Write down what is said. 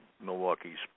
Milwaukee's